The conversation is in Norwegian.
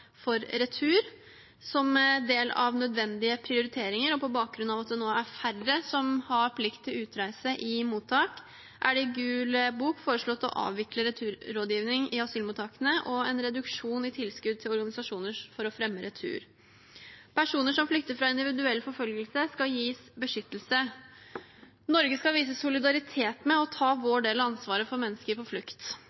for retur. Som del av nødvendige prioriteringer og på bakgrunn av at det nå er færre som har plikt til utreise, i mottak, er det i Gul bok foreslått å avvikle returrådgiving i asylmottakene og en reduksjon i tilskudd til organisasjoner for å fremme retur. Personer som flykter fra individuell forfølgelse, skal gis beskyttelse. Norge skal vise solidaritet med, og ta